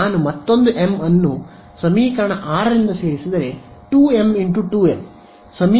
ನಾನು ಮತ್ತೊಂದು ಎಂ ಅನ್ನು ಸಮೀಕರಣ 6 ರಿಂದ ಸೇರಿಸಿದರೆ 2m × 2m ಸಮೀಕರಣದ ವ್ಯವಸ್ಥೆ ಅನ್ನು ಪರಿಹರಿಸಬಹುದು